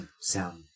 Sound